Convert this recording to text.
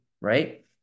right